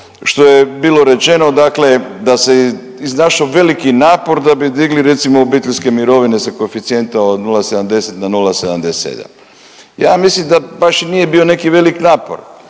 što je bilo rečeno dakle da se iznašao veliki napor da bi digli recimo obiteljske mirovine sa koeficijenta od 0,70 na 0,77. Ja mislim da baš i nije bio neki velik napor,